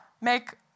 make